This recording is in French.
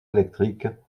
électriques